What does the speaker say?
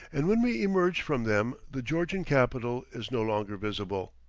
and when we emerge from them the georgian capital is no longer visible.